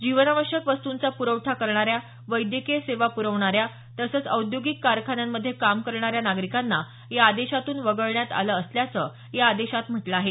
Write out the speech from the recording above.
जीवनावश्यक वस्तूंचा पुरवठा करणाऱ्या वैद्यकीय सेवा पुरवणाऱ्या तसंच औद्योगिक कारखान्यामध्ये काम करणाऱ्या नागरिकांना या आदेशातून वगळण्यात आलं असल्याचं या आदेशात म्हटलं आहे